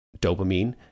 dopamine